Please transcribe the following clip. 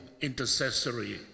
intercessory